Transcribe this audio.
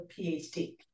PhD